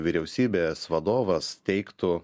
vyriausybės vadovas teiktų